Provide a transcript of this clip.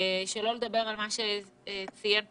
שלא לדבר על מה שציין פרופ'